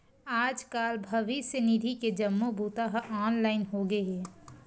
आजकाल भविस्य निधि के जम्मो बूता ह ऑनलाईन होगे हे